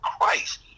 Christ